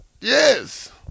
Yes